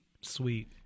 sweet